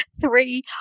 Three